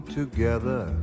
together